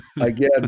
Again